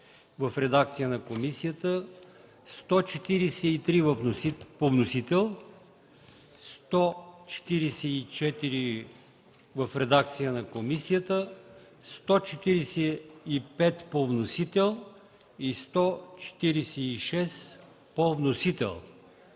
в редакция на комисията, чл. 143 по вносител, чл. 144 в редакция на комисията, чл. 145 по вносител и чл. 146 по вносител.